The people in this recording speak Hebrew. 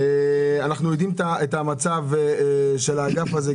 אנחנו יודעים את המצב של האגף זהה.